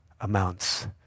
amounts